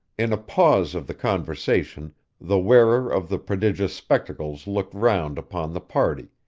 in a pause of the conversation the wearer of the prodigious spectacles looked round upon the party,